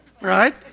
right